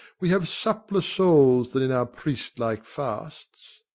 we have suppler souls than in our priest-like fasts.